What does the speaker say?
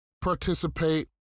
participate